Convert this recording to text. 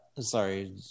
sorry